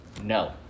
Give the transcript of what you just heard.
no